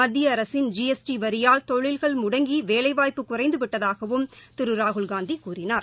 மத்திய அரசின் G S T வரிபால் தொழில்கள் முடங்கிவேலைவாய்ப்பு குறைந்துவிட்டதாகவும் திருராகுல்காந்திகூறினார்